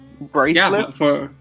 bracelets